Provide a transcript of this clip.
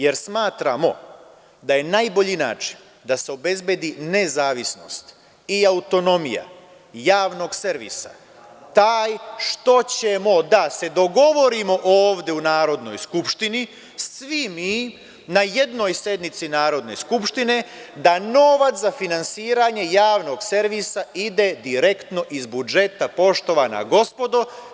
Jer, smatramo da je najbolji način da se obezbedi nezavisnost i autonomija javnog servisa taj što ćemo da se dogovorimo ovde u Narodnoj skupštini, svi mi na jednoj sednici Narodne skupštine, da novac za finansiranje javnog servisa ide direktno iz budžeta, poštovana gospodo.